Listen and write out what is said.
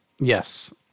Yes